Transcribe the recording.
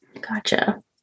Gotcha